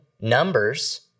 numbers